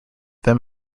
then